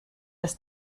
das